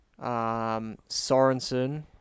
Sorensen